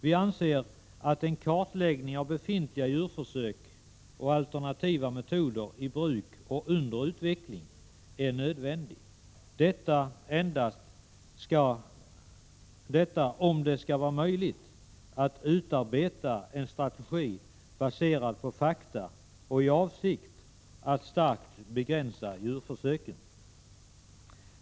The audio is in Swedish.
Vi anser att en kartläggning av befintliga djurförsök och alternativa metoder i bruk och under utveckling är nödvändig om det skall vara möjligt att utarbeta en strategi baserad på fakta i avsikt att starkt begränsa djurförsöken.